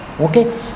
okay